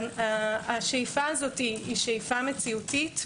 זו שאיפה מציאותית.